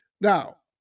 Now